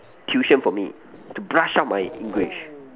tuition for me to brush up my English